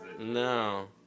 No